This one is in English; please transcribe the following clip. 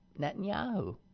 Netanyahu